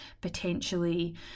potentially